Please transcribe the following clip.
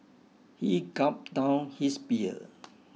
he gulped down his beer